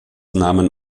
nahmen